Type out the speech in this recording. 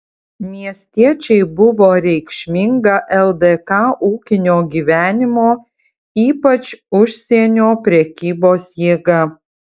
miestiečiai buvo reikšminga ldk ūkinio gyvenimo ypač užsienio prekybos jėga